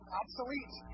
obsolete